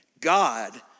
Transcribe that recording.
God